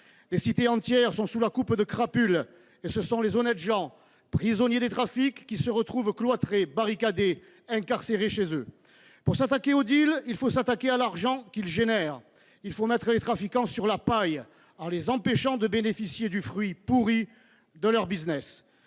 Des cités entières sont sous la coupe de crapules, et ce sont les honnêtes gens, prisonniers des trafics, qui se retrouvent cloîtrés, barricadés, incarcérés chez eux ! Pour s'attaquer au deal, il faut s'attaquer à l'argent qu'il génère. Il faut mettre les trafiquants sur la paille, en les empêchant de bénéficier du fruit pourri de leur business.